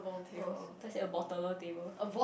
oh that's a bottler table